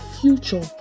future